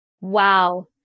Wow